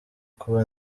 kuba